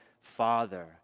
Father